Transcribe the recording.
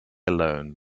alone